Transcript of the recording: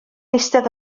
eistedd